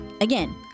Again